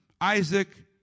Isaac